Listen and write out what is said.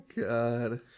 God